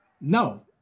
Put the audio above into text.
no